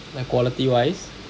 like quality wise